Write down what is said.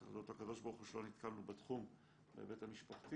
צריך להודות לקב"ה שלא נתקלנו בתחום בהיבט המשפחתי